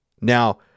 Now